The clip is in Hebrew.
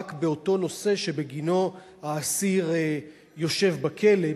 רק באותו נושא שבגינו האסיר יושב בכלא,